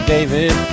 David